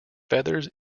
feathers